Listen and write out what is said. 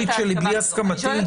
יכול להיות